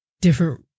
different